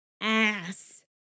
ass